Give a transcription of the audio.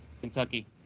Kentucky